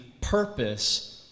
purpose